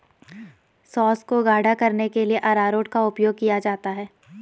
sauce को गाढ़ा करने के लिए अरारोट का उपयोग किया जाता है